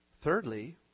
Thirdly